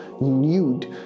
nude